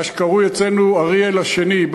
מה שקרוי אצלנו אריאל השני,